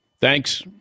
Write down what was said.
Thanks